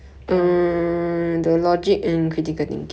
no I just curious like random